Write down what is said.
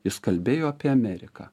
jis kalbėjo apie ameriką